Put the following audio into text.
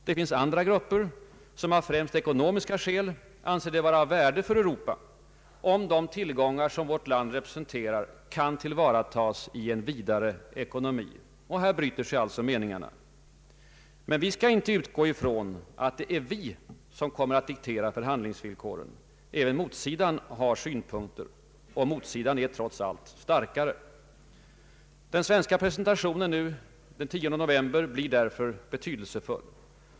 Det finns andra grupper, som av främst ekonomiska skäl anser det vara av värde för Europa, om de tillgångar vårt land representerar kan tillvaratas i en vidare ekonomi. Här bryter sig alltså meningarna. Men vi skall inte utgå ifrån att det är vi som kommer att diktera förhandlingsvillkoren. Även motsidan har synpunkter, och motsidan är trots allt starkare. Den svenska presentationen den 10 november blir därför betydelsefull.